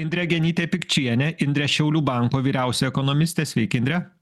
indrė genytė pikčienė indrė šiaulių banko vyriausioji ekonomistė sveiki indre